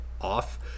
off